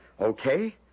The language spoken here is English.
Okay